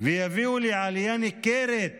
יביא לעלייה ניכרת